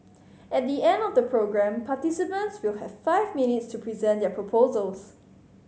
at the end of the programme participants will have five minutes to present their proposals